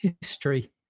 History